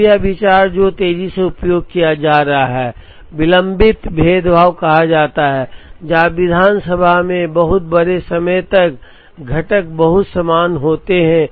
अब यह विचार जो तेजी से उपयोग किया जा रहा है विलंबित भेदभाव कहा जाता है जहां विधानसभा में बहुत बड़े समय तक घटक बहुत समान होते हैं